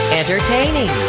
entertaining